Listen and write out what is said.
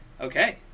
okay